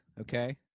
okay